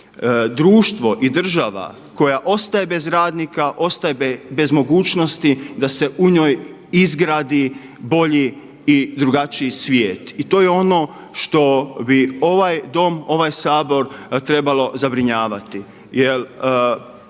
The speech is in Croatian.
Društvo i država koja ostaje bez radnika, ostaje bez mogućnosti da se u njoj izgradi bolji i drugačiji svijet. I to je ono što bi ovaj Dom, ovaj Sabor trebalo zabrinjavati,